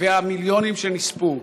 וזכרם של המיליונים שנספו.